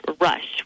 rush